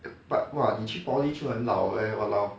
but !wah! 你去 poly 就很好 leh !walao!